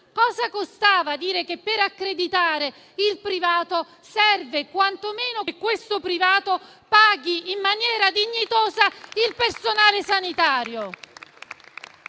Cosa costava dire che per accreditare il privato serve quantomeno che esso paghi in maniera dignitosa il personale sanitario?